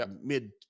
mid